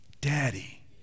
Daddy